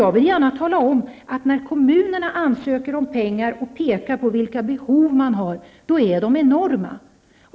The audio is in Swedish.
Jag vill gärna tala om att när kommunerna ansöker om pengar, så är behoven enorma.